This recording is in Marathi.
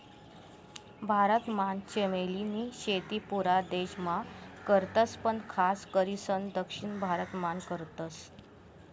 भारत मान चमेली नी शेती पुरा देश मान करतस पण खास करीसन दक्षिण भारत मान करतस